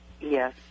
Yes